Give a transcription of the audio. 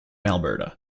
alberta